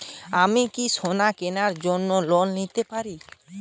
আমি কি সোনা কেনার জন্য লোন পেতে পারি?